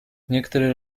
некоторые